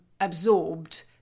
absorbed